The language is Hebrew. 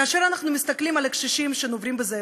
כאשר אנחנו מסתכלים על הקשישים שנוברים בזבל,